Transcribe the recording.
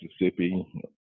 Mississippi